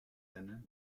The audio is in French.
annales